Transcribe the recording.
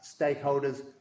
stakeholders